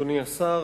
אדוני השר,